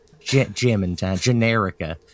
Generica